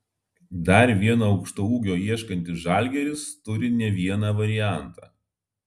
dar vieno aukštaūgio ieškantis žalgiris turi ne vieną variantą